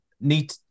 need